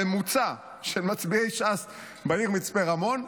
הממוצע של מצביעי ש"ס בעיר מצפה רמון,